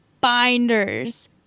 binders